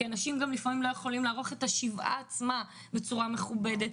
כי לפעמים גם לא יכולים לערוך את השבעה עצמה בצורה מכובדת.